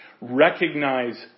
recognize